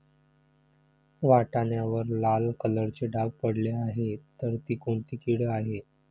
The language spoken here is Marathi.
वाटाण्यावर लाल कलरचे डाग पडले आहे तर ती कोणती कीड आहे?